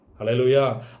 Hallelujah